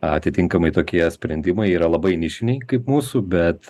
atitinkamai tokie sprendimai yra labai nišiniai kaip mūsų bet